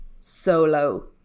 solo